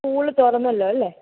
school തുറന്നല്ലോ അല്ലേ